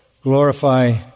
glorify